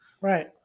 Right